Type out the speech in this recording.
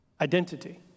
identity